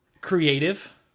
creative